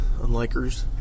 unlikers